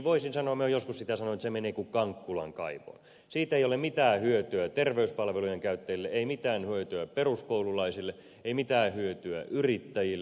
voisin sanoa olen joskus sanonut että se menee kuin kankkulan kaivoon siitä ei ole mitään hyötyä terveyspalvelujen käyttäjille ei mitään hyötyä peruskoululaisille ei mitään hyötyä yrittäjille